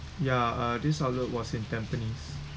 ya uh this outlet was in Tampines